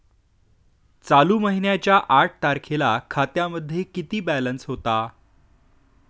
चालू महिन्याच्या आठ तारखेला खात्यामध्ये किती बॅलन्स होता?